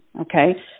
okay